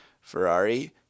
Ferrari